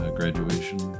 graduation